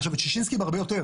ושישינסקי בהרבה יותר